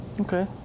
Okay